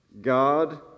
God